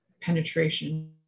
penetration